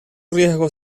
riesgo